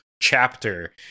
chapter